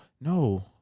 No